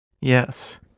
Yes